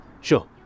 Sure